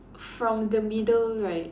from the middle right